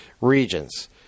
regions